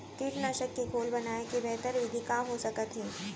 कीटनाशक के घोल बनाए के बेहतर विधि का हो सकत हे?